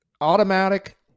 automatic